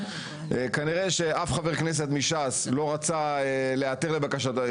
כנראה שאף חבר כנסת מש"ס לא רצה להיעתר לבקשתו.